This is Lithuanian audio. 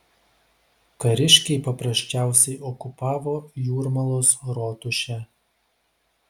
kariškiai paprasčiausiai okupavo jūrmalos rotušę